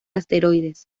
asteroides